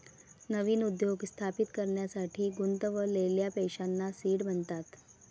नवीन उद्योग स्थापित करण्यासाठी गुंतवलेल्या पैशांना सीड म्हणतात